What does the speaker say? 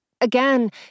Again